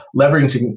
leveraging